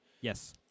Yes